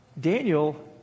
Daniel